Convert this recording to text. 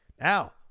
Now